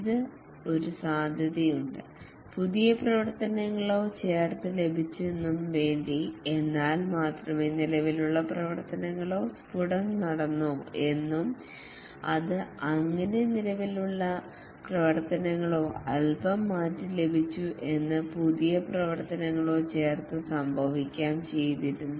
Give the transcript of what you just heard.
ഇത് ഒരു സാധ്യതയുണ്ട് പുതിയ പ്രവർത്തനങ്ങളോ ചേർത്തു ലഭിച്ചതെന്നും വേണ്ടി എന്നാൽ മാത്രമേ നിലവിലുള്ള പ്രവർത്തനങ്ങളോ സ്ഫുടം നടന്നോ എന്നും അത് അങ്ങനെ നിലവിലുള്ള പ്രവർത്തനങ്ങളോ അല്പം മാറ്റി ലഭിച്ചു എന്ന് പുതിയ പ്രവർത്തനങ്ങളോ ചേർത്തു സംഭവിക്കാം ചെയ്തിരിക്കുന്നു